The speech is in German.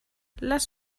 lass